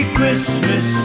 Christmas